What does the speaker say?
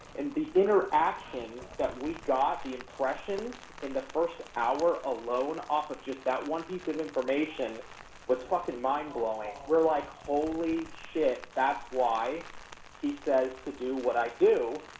and the interaction that we got, the impressions in the first hour alone off of just that one piece of information was fuckin' mind-blowing. we're like, holy shit, that's why he said to do what i do.